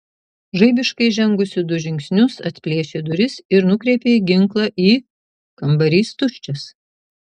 žaibiškai žengusi du žingsnius atplėšė duris ir nukreipė ginklą į kambarys tuščias